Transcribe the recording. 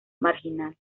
marginal